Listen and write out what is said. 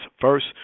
First